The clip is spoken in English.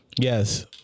Yes